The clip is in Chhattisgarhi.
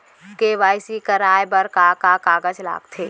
के.वाई.सी कराये बर का का कागज लागथे?